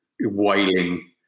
wailing